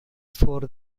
for